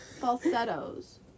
falsettos